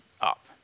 up